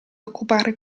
occupare